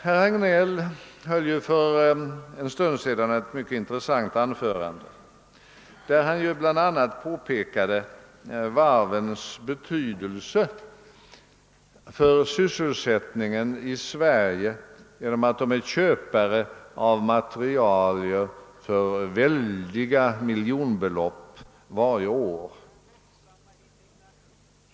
Herr Hagnell höll för en stund sedan ett mycket intressant anförande, där han bl.a. påpekade varvens betydelse för sysselsättningen i Sverige genom att de köper material från svenska företag för väldiga miljonbelopp varje år.